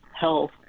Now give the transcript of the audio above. health